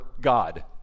God